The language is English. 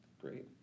great